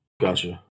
Gotcha